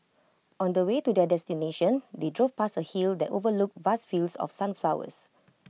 on the way to their destination they drove past A hill that overlooked vast fields of sunflowers